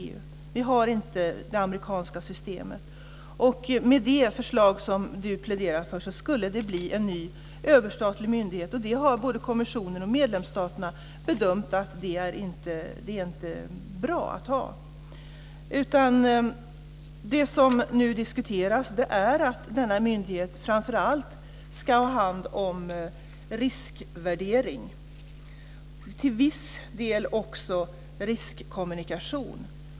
Vi har inte det amerikanska systemet. Med det förslag som Lena Ek pläderar för skulle det bli en ny överstatlig myndighet. Både kommissionen och medlemsstaterna har gjort bedömningen att det inte är bra att ha det. Det som nu diskuteras är att denna myndighet framför allt ska ha hand om riskvärdering och till viss del också riskkommunikation.